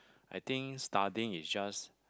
I think studying is just